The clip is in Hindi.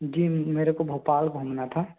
जी मेरे को भोपाल घूमना था